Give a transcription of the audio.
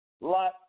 Lot